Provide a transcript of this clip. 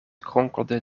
kronkelde